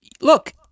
look